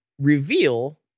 reveal